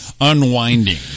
unwinding